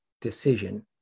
decision